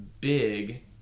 big